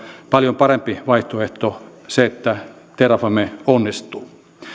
paljon parempi vaihtoehto se että terrafame onnistuu